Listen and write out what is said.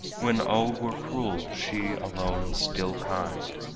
when all were cruel she alone still kind,